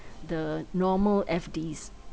the normal F_Ds